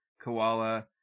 Koala